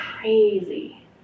crazy